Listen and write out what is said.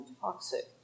toxic